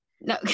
No